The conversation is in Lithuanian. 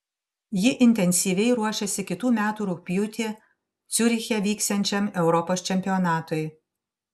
ji intensyviai ruošiasi kitų metų rugpjūtį ciuriche vyksiančiam europos čempionatui